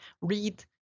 read